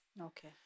Okay